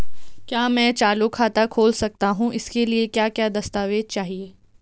क्या मैं चालू खाता खोल सकता हूँ इसके लिए क्या क्या दस्तावेज़ चाहिए?